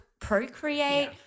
Procreate